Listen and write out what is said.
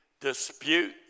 dispute